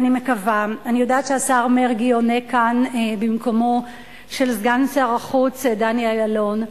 אני יודעת שהשר מרגי עונה כאן במקומו של סגן שר החוץ דני אילון.